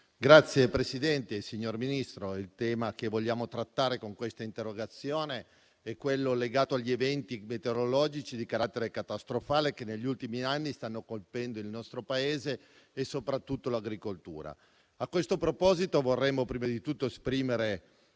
Signor Presidente, signor Ministro, il tema che vogliamo trattare con questa interrogazione è legato agli eventi meteorologici di carattere catastrofale, che negli ultimi anni stanno colpendo il nostro Paese e soprattutto l'agricoltura. A questo proposito, vorremmo prima di tutto esprimere